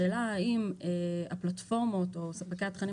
השאלה האם הפלטפורמות או ספקי התכנים